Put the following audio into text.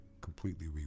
completely